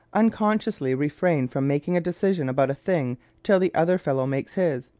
unconsciously, refrain from making a decision about a thing till the other fellow makes his.